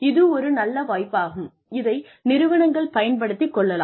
இது ஒரு நல்ல வாய்ப்பாகும் இதை நிறுவனங்கள் பயன்படுத்திக் கொள்ளலாம்